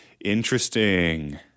Interesting